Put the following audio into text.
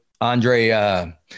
Andre